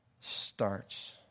starts